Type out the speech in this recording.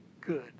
good